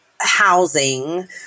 housing